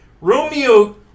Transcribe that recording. Romeo